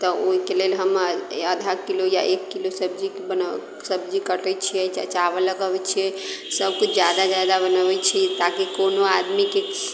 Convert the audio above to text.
तऽ ओहिके लेल हम आधा किलो या एक किलो सब्जी बना सब्जी कटैत छियै चा चावल लगबैत छियै सभकिछु ज्यादा ज्यादा बनबैत छी ताकि कोनो आदमीकेँ